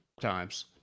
times